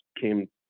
came